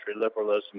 liberalism